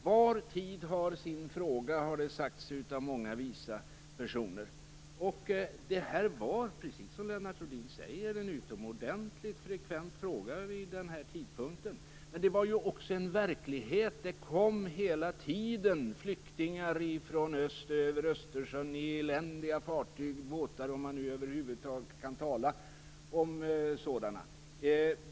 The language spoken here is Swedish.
Var tid har sin fråga, har många visa personer påpekat. Det här var, precis som Lennart Rohdin säger, en utomordentligt frekvent fråga vid den här tidpunkten, men det var också en verklighet. Det kom hela tiden flyktingar över Östersjön i eländiga fartyg - om man nu över huvud taget kan tala om "fartyg".